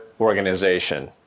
organization